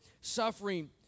suffering